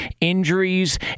injuries